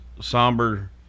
somber